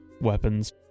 weapons